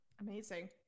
Amazing